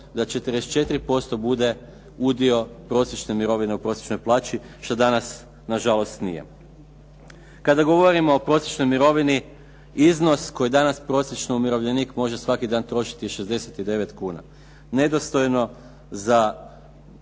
da 44% bude udio prosječne mirovine u prosječnoj plaći, što nažalost nije. Kada govorimo o prosječnoj mirovini, iznos koji danas prosječno umirovljenik može svaki trošiti je 69 kuna. Nedostojno za